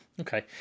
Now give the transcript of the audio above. okay